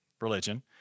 religion